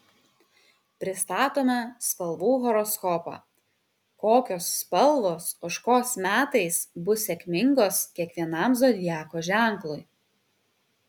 pristatome spalvų horoskopą kokios spalvos ožkos metais bus sėkmingos kiekvienam zodiako ženklui